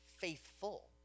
faithful